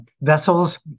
vessels